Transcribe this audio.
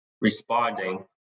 responding